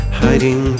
hiding